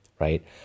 right